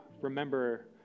remember